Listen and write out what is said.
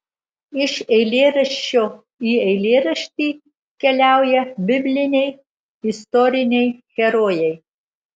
iš eilėraščio į eilėraštį keliauja bibliniai istoriniai herojai